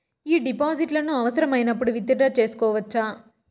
ఈ డిపాజిట్లను అవసరమైనప్పుడు విత్ డ్రా సేసుకోవచ్చా?